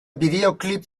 bideoklip